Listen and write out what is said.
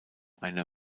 einer